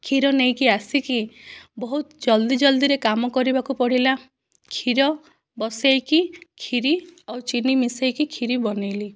କ୍ଷୀର ନେଇକି ଆସିକି ବହୁତ ଜଲ୍ଦି ଜଲ୍ଦିରେ କାମ କରିବାକୁ ପଡ଼ିଲା କ୍ଷୀର ବସେଇକି କ୍ଷୀରି ଆଉ ଚିନି ମିସେଇକି କ୍ଷୀରି ବନେଇଲି